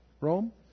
Rome